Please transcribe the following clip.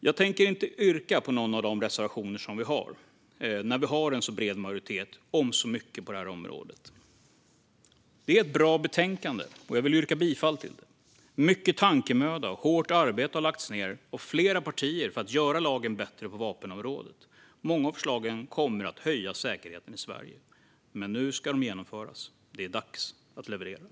Jag tänker inte yrka bifall till någon av våra reservationer, när vi har en så bred majoritet om så mycket på detta område. Det är ett bra betänkande, och jag vill yrka bifall till utskottets förslag. Mycket tankemöda och hårt arbete har lagts ned av flera partier för att göra lagen bättre på vapenområdet. Många av förslagen kommer att höja säkerheten i Sverige. Nu ska de genomföras. Det är dags att leverera.